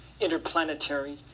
interplanetary